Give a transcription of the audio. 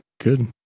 Good